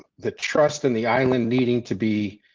the trust and the island needing to be